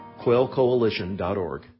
quailcoalition.org